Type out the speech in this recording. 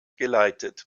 geleitet